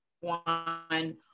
one